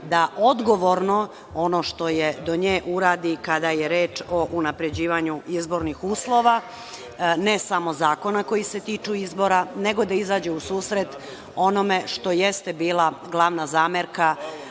da odgovorno ono što je do nje uradi kada je reč o unapređivanju izbornih uslova, ne samo zakona koji se tiču izbora, nego da izađe u susret onome što jeste bila glavna zamerka,